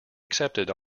accepted